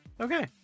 Okay